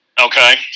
Okay